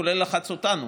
כולל לחץ עלינו.